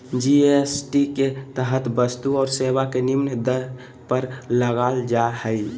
GST के तहत वस्तु और सेवा के निम्न दर पर लगल जा हइ